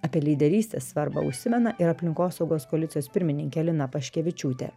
apie lyderystės svarbą užsimena ir aplinkosaugos koalicijos pirmininkė lina paškevičiūtė